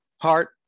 Heart